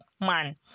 man